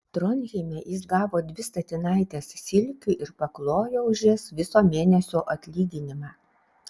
tronheime jis gavo dvi statinaites silkių ir paklojo už jas viso mėnesio atlyginimą